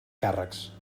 càrrecs